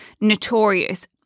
Notorious